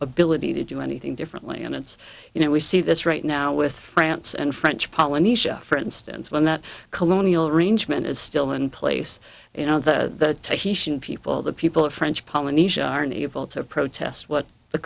ability to do anything differently and it's you know we see this right now with france and french polynesia friends since when that colonial arrangement is still in place you know the people the people of french polynesia aren't able to protest what the